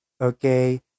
okay